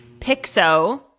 Pixo